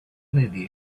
movie